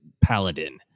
paladin